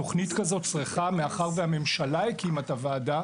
תוכנית כזאת צריכה מאחר והממשלה הקימה את הוועדה,